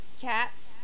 cat's